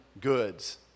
goods